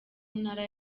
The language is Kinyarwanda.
ntara